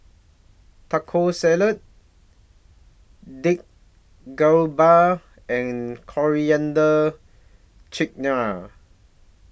Taco Salad Dik and Coriander Chutney